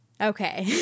Okay